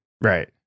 right